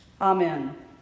Amen